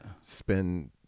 spend